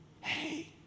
hey